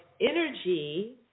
energy